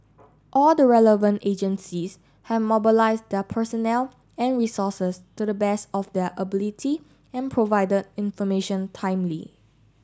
all the relevant agencies have mobilised their personnel and resources to the best of their ability and provided information timely